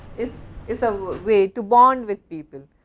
is is a way to bond with people.